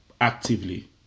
actively